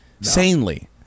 sanely